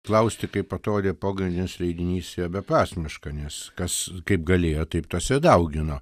klausti kaip atrodė pogrindinis leidinys yra beprasmiška nes kas kaip galėjo taip tas ir daugino